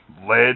lead